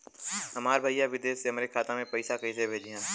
हमार भईया विदेश से हमारे खाता में पैसा कैसे भेजिह्न्न?